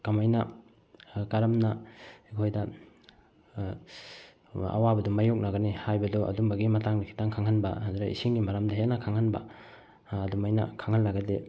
ꯀꯃꯥꯏꯅ ꯀꯔꯝꯅ ꯑꯩꯈꯣꯏꯗ ꯑꯋꯥꯕꯗ ꯃꯥꯏꯌꯣꯛꯅꯒꯅꯤ ꯍꯥꯏꯕꯗꯨ ꯑꯗꯨꯝꯕꯒꯤ ꯃꯇꯥꯡꯗ ꯈꯤꯇꯪ ꯈꯪꯍꯟꯕ ꯑꯗꯨꯗ ꯏꯁꯤꯡꯒꯤ ꯃꯔꯝꯗ ꯍꯦꯟꯅ ꯈꯪꯍꯟꯕ ꯑꯗꯨꯃꯥꯏꯅ ꯈꯪꯍꯜꯂꯒꯗꯤ